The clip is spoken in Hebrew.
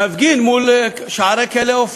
להפגין מול שערי כלא "עופר".